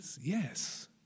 Yes